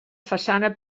façana